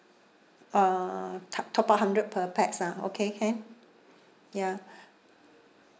uh top top up hundred per pax ah okay can ya